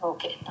Okay